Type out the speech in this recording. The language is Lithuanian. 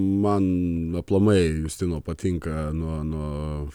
man aplamai justino patinka nuo nuo